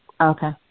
Okay